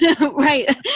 Right